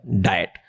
diet